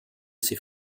ses